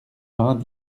vingt